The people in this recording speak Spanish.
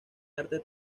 arte